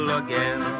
again